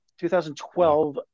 2012